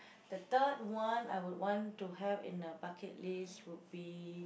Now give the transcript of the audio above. the third one I would want to have in the bucket list would be